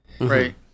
Right